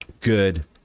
good